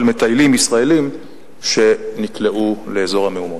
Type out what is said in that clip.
מטיילים ישראלים שנקלעו לאזור המהומות.